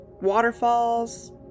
waterfalls